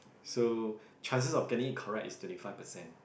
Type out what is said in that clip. so chances of getting it correct is twenty five percent